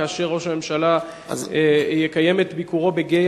כאשר ראש הממשלה יקיים את ביקורו בגיא